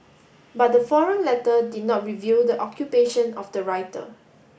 but the forum letter did not reveal the occupation of the writer